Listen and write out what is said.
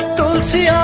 don't see